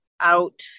out